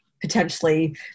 Potentially